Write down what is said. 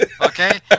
okay